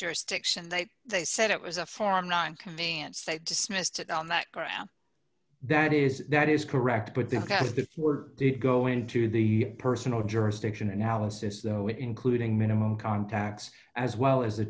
jurisdiction they they said it was a form nine convenience they dismissed it on that ground that is that is correct but because they were did go into the personal jurisdiction analysis though including minimum contacts as well as the